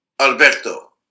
Alberto